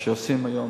מה שעושים היום